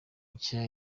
nshya